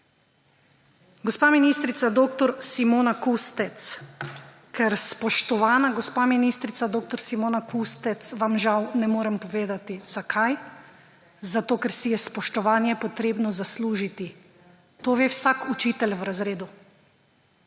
Gospa ministrica dr. Simona Kustec, ker spoštovana gospa ministrica dr. Simona Kustec vam žal ne morem povedati – zakaj? Zato ker si je spoštovanje potrebno zaslužiti. To ve vsak učitelj v razredu.